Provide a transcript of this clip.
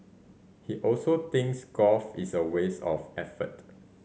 he also thinks golf is a waste of effort